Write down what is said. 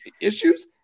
issues